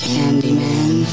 Candyman